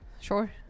Sure